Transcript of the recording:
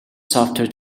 software